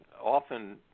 often